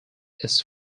its